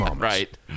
Right